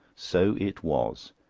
so it was.